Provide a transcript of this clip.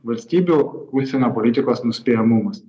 valstybių užsienio politikos nuspėjamumas